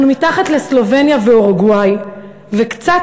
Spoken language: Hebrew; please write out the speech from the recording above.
אנחנו מתחת לסלובניה ואורוגוואי וקצת